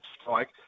strike